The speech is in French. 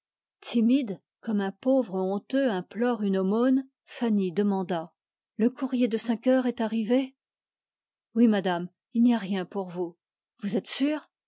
timide comme un pauvre honteux implore une aumône fanny demanda le courrier de cinq heures est arrivé oui madame il n'y a rien pour vous vous êtes sûre